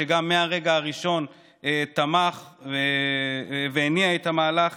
שגם מהרגע הראשון תמך והניע את המהלך